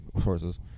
sources